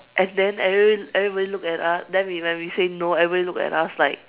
and then every everybody look at us then when we say no then everybody look at us like